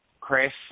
Chris